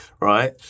right